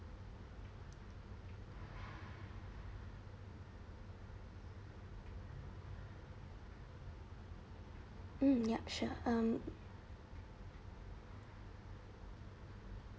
mm yup sure um